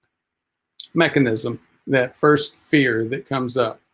mechanism that first fear that comes up